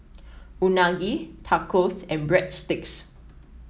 Unagi Tacos and Breadsticks